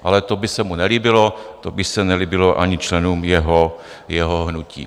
Ale to by se mu nelíbilo, to by se nelíbilo ani členům jeho hnutí.